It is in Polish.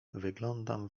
wyglądam